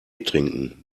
trinken